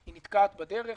היא נתקעת בדרך.